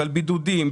בידודים,